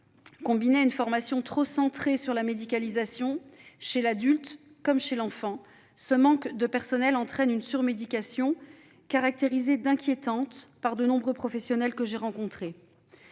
Combiné à une formation trop centrée sur la médicalisation, chez l'adulte comme chez l'enfant, ce manque de personnel entraîne une surmédication caractérisée d'inquiétante par de nombreux professionnels que j'ai rencontrés.